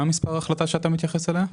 אדוני, מה מספר ההחלטה שאתה מתייחס אליה?